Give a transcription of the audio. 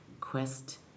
quest